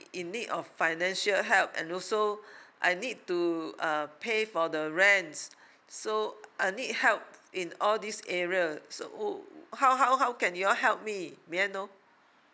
in need of financial help and also I need to uh pay for the rent so I need help in all these area so how how how can you all help me may I know